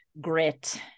grit